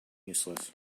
useless